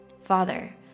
Father